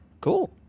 Cool